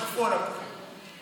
לא יכפו עליהם חיבור?